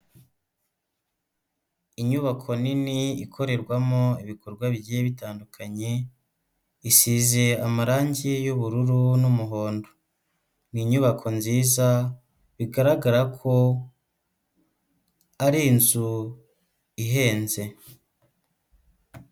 Inyubako nini ikorerwamo ibikorwa bigiye bitandukanye, isize amarangi y'ubururu n'umuhondo, ni inyubako nziza bigaragara ko ari inzu ihenze.